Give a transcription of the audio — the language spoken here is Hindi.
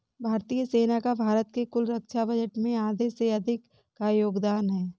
भारतीय सेना का भारत के कुल रक्षा बजट में आधे से अधिक का योगदान है